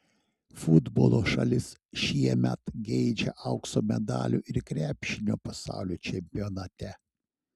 futbolo šalis šiemet geidžia aukso medalių ir krepšinio pasaulio čempionate